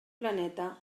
planeta